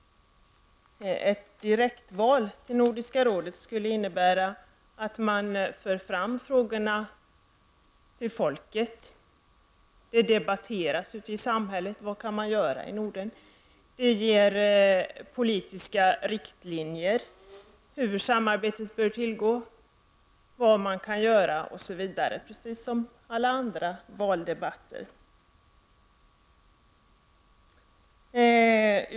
Ett direktval till Nordiska rådet innebär att frågorna förs ut till folket. I samhället diskuteras vad man kan åstadkomma inom Norden. Direktval ger politiska riktlinjer för hur samarbetet bör tillgå, vad man kan göra osv. Det blir precis som alla andra valdebatter.